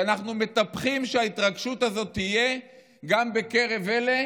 שאנחנו מטפחים את ההתרגשות הזאת שתהיה גם בקרב אלה